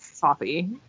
coffee